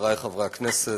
חבריי חברי הכנסת,